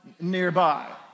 nearby